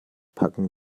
packen